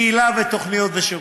קהילה, תוכניות ושירותים,